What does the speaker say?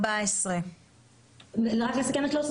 סעיף 14. רק לסכם את 13,